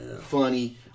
funny